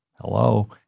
hello